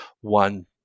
one